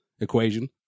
equation